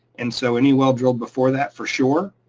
and so any well drilled before that, for sure,